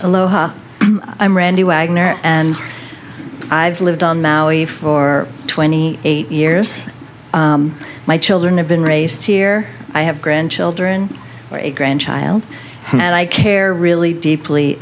aloha i'm randy wagner and i've lived on maui for twenty eight years my children have been raised here i have grandchildren great grandchild and i care really deeply